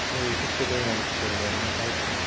ह्यो एकूच चॅलेंज आसा नुस्तें धरपाक आनी कांयच ना